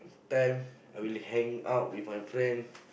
time I will hang out with my friend